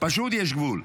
פשוט יש גבול.